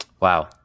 Wow